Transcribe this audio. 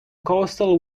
coastal